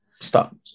Stop